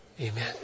Amen